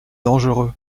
dangereux